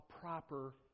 proper